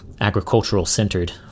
agricultural-centered